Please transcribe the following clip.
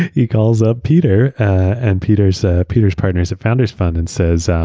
he calls up peter and peter's ah peter's partners at founders fund and says